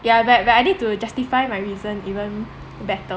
ya but but I need to justify my reason even better